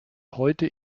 heute